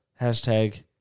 Hashtag